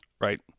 right